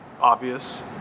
Obvious